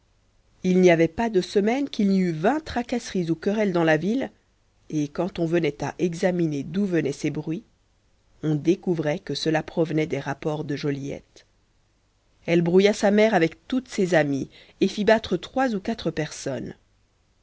il n'y avait pas de semaine qu'il n'y eût vingt tracasseries ou querelles dans la ville et quand on venait à examiner d'où venaient ces bruits on découvrait que cela provenait des rapports de joliette elle brouilla sa mère avec toutes ses amies et fit battre trois ou quatre personnes